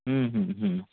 ହୁଁ ହୁଁ ହୁଁ